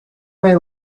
may